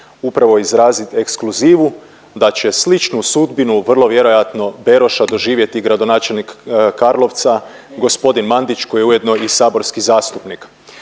upravo izraziti ekskluzivu da će sličnu sudbinu vrlo vjerojatno Beroša doživjeti gradonačelnik Karlovca g. Mandić koji je ujedno i saborski zastupnik.